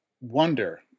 wonder